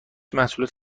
محصولات